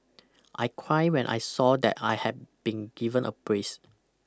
I cried when I saw that I had been given a place